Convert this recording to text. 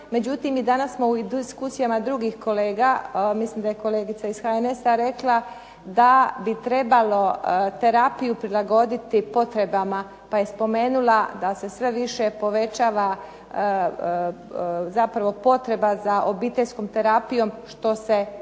međutim i danas u diskusijama drugih kolega, mislim da je kolegica iz HNS-a rekla da bi trebalo terapiju prilagoditi potrebama pa je spomenula da se sve više povećava zapravo potreba za obiteljskom terapijom što se